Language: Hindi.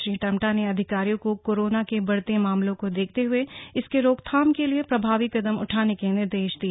श्री टम्टा ने अधिकारियों को कोराना के बढ़ते मामलों को देखते हए इसके रोकथाम के लिए प्रभावी कदम उठाने के निर्देश दिए